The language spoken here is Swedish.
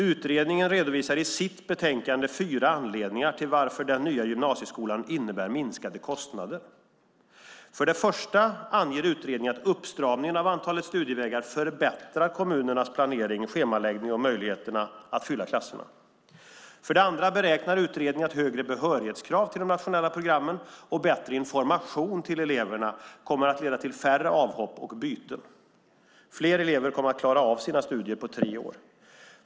Utredningen redovisar i sitt betänkande fyra anledningar till varför den nya gymnasieskolan innebär minskade kostnader. För det första anger utredningen att uppstramningen av antalet studievägar förbättrar kommunernas planering, schemaläggning och möjligheterna att fylla klasserna. För det andra beräknar utredningen att högre behörighetskrav till de nationella programmen och bättre information till eleverna kommer att leda till färre avhopp och byten. Fler elever kommer att klara av sina studier på tre år.